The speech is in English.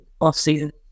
off-season